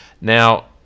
now